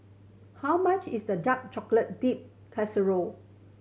how much is the dark chocolate dipped